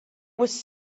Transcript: was